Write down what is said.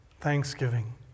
thanksgiving